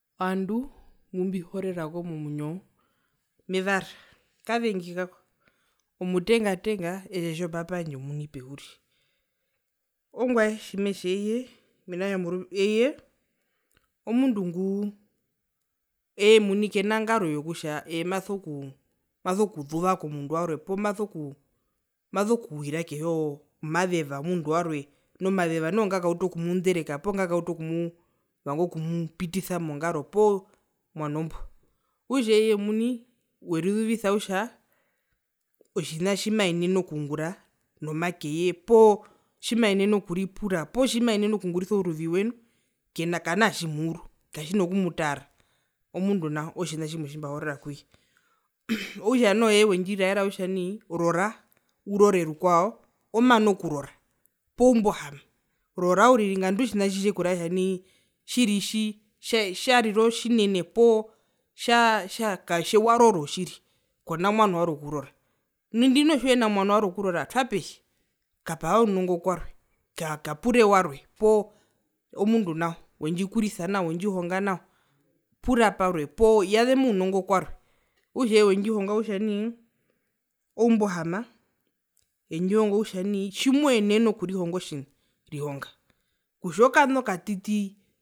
Ovandu kumbihorerako momwinyo mevara kavengi kako, omutenga tenga etjetja o papa wandje pehuri ongwae tjimetja eye mena kutja eye omundu nguu eye omuni kena ngaro yokutja eye maso kuu maso kuzuva komundu warwe poo maso kuu maso kwira kehi yomazeva womundu warwe nu omazeva noho ngakauta okumundereka poo okumuu okuvanga okumupitisa mongaro poo mwano mbo, okutja eye omuni werizuvisa kutja otjina tjimaenene okungura nomakeye poo tjimaenene okuripura poo tjimaenene okungurisa ouruviwe kena kanaa tjimuuru katjina kumutaara omundu nao otjina tjimwe tjimbahorera kuye, okutja noho eye wendjiraera rora urore rukwao omana okurora poo umbu ohama rora uriri ngandu otjina tjitjekuraere kutja nai tjiri itji tje tjarire otjinene poo tja tja katje waroro tjiri kona mwano warwe okurora nu indi noho tjiuhina mwano warwe `okurora twapehi kapahe ounongo kwarwe kakapure kwarwe poo omundu nao wendjikurisa nao wendjihonga nao pura parwe poo yazema ounongo, okutja eye wendjihonga kutja nai oumbu ohama endjihongo kuja nai tjimoenene okurihonga otjina rihonga kutja okana okatiti `